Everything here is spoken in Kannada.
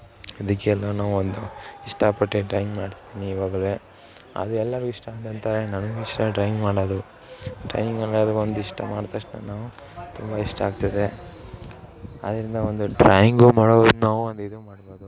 ಅದಕ್ಕೆ ನಾನು ಒಂದು ಇಷ್ಟಪಟ್ಟು ಡ್ರಾಯಿಂಗ್ ಮಾಡ್ಸಿದ್ದೀನಿ ಈವಾಗ್ಲೇ ಅದು ಎಲ್ಲರೂ ಇಷ್ಟ ಅಂದು ಅಂತಾರೆ ನನಗೂ ಇಷ್ಟ ಡ್ರಾಯಿಂಗ್ ಮಾಡೋದು ಡ್ರಾಯಿಂಗ್ ಅಂದರೆ ಅದು ಒಂದು ಇಷ್ಟ ಮಾಡಿ ತಕ್ಷಣ ನಾವು ತುಂಬ ಇಷ್ಟ ಆಗ್ತಿದೆ ಆದ್ದರಿಂದ ಒಂದು ಡ್ರಾಯಿಂಗು ಮಾಡಬೋದು ನಾವು ಒಂದು ಇದು ಮಾಡ್ಬೋದು